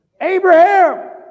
Abraham